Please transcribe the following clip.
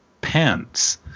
pants